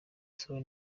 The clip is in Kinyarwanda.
sol